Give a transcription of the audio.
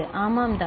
ஆமாம் தானே